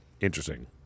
interesting